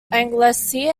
anglesey